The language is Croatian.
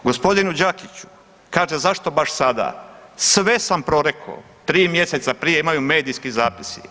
Gospodinu Đakiću, kaže zašto baš sada, sve sam proreko 3 mjeseca prije imaju medijski zapisi.